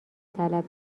طلب